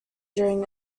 during